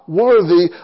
worthy